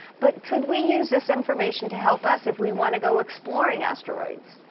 but could we use this information to help us if we want to go exploring asteroids?